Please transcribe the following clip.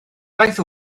daeth